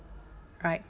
right